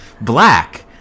black